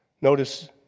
Notice